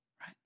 Right